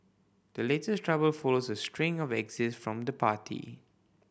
the latest trouble follows a string of exits from the party